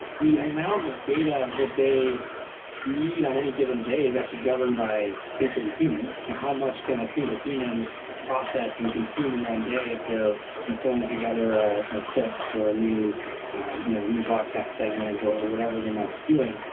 the amount of data that they need on any given day is actually governed by, basically, humans. you know how much can a single human process and consume in one day if they're you know pulling together ah you know clips or you know a new broadcast segment, or whatever they might be doing.